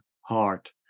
heart